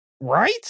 right